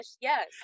yes